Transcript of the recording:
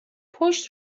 پشت